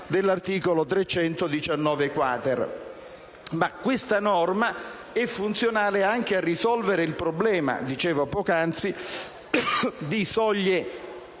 dell'articolo 319-*quater*. Questa norma però è funzionale anche a risolvere il problema, come dicevo poc'anzi, di soglie